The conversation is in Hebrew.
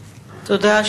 תודה.